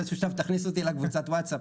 באיזשהו שלב תכניסו אותי לקבוצת הוואטסאפ.